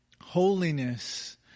Holiness